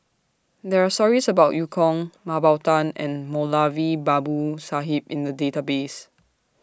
There Are stories about EU Kong Mah Bow Tan and Moulavi Babu Sahib in The Database